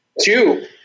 Two